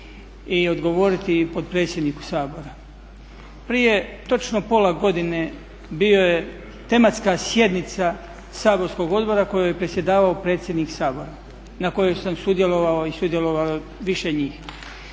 i odgovoriti potpredsjedniku Sabora. Prije točno pola godine bila te tematska sjednica saborskog odboru kojoj je predsjedavao predsjednik Sabora na kojoj sam sudjelovao i sudjelovalo je više njih.